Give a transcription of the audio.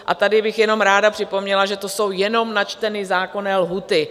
A tady bych jenom ráda připomněla, že to jsou jenom načteny zákonné lhůty.